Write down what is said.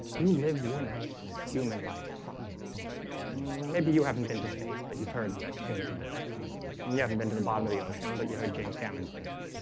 you live your nice human life maybe you haven't been to space but you've heard that humans have been there you haven't been to the bottom of the ocean, but you heard james cameron's been there